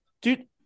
Dude